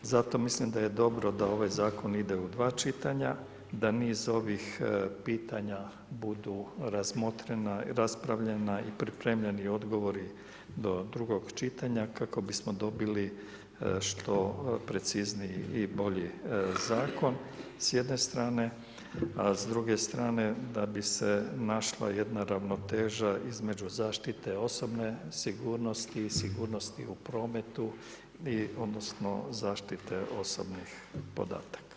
Zato mislim da je dobro da ovaj zakon ide u 2 čitanja, da niz ovih pitanja budu razmotrena, raspravljena i pripremljeni odgovori do drugog čitanja, kako bismo dobili što precizniji i bolji zakon s jedne strane, a s druge strane da bi se našla jedna ravnoteža između zaštite osobne sigurnosti i sigurnosti u prometu, odnosno, zaštite osobnih podataka.